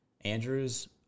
Andrews